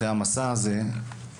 אחרי המסע הזה,